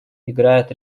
играет